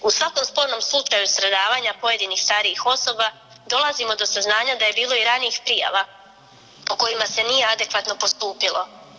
U svakom spornom slučaju stradavanja pojedinih starijih osoba dolazimo do saznanja da je bilo i ranijih prijava po kojima se nije adekvatno postupilo.